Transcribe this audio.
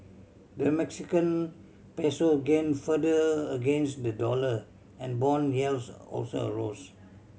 the Mexican Peso gain further against the dollar and bond yields also arose